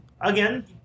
Again